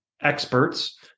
experts